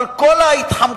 אבל כל ההתחמקויות,